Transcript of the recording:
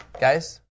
Guys